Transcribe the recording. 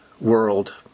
world